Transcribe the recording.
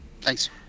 Thanks